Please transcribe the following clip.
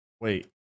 Wait